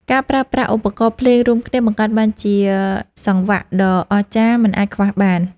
ការប្រើប្រាស់ឧបករណ៍ភ្លេងរួមគ្នាបង្កើតបានជាសង្វាក់ដ៏អស្ចារ្យមិនអាចខ្វះបាន។